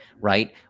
right